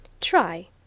Try